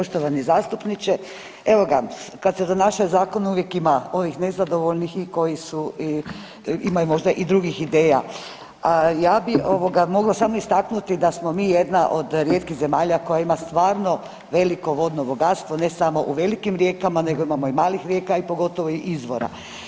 Poštovani zastupniče, evo ga kad se donaša zakon uvijek ima onih nezadovoljnih i koji su, imaju možda i drugih ideja ja bi ovoga mogla samo istaknuti da smo mi jedna od rijetkih zemalja koja ima stvarno veliko vodno bogatstvo, ne samo u velikim rijekama nego imamo i malih rijeka i pogotovo i izvora.